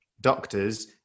doctors